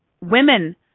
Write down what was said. Women